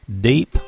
deep